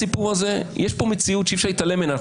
העיסוק שלהם בערכאה החוקתית הוא מינורי, אם